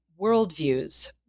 worldviews